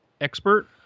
expert